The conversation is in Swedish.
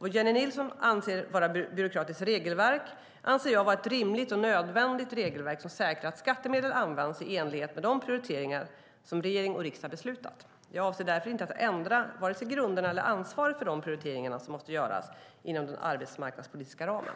Vad Jennie Nilsson anser vara byråkratiskt regelverk anser jag vara ett rimligt och nödvändigt regelverk som säkrar att skattemedel används i enlighet med de prioriteringar som regering och riksdag beslutat. Jag avser därför inte att ändra vare sig grunderna eller ansvaret för de prioriteringar som måste göras inom den arbetsmarknadspolitiska ramen.